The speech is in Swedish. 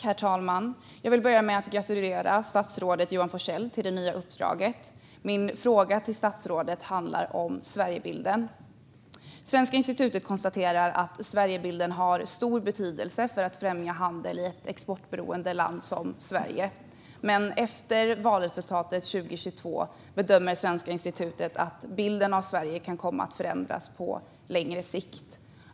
Herr talman! Jag vill börja med att gratulera statsrådet Johan Forssell till det nya uppdraget. Min fråga till statsrådet handlar om Sverigebilden. Svenska institutet konstaterar att Sverigebilden har stor betydelse för att främja handeln med ett exportberoende land som Sverige. Efter valresultatet 2022 bedömer dock Svenska institutet att bilden av Sverige kan komma att förändras på längre sikt.